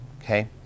Okay